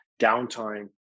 downtime